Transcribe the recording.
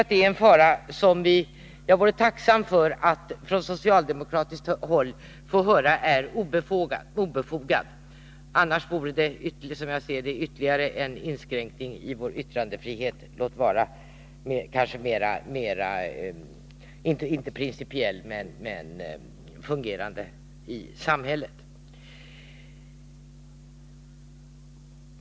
Jag vore tacksam för att från socialdemokratiskt håll få höra att den farhågan är obefogad. Annars vore det, som jag ser det, ytterligare en inskränkning i vår yttrandefrihet — låt vara inte principiellt men fungerande i samhället.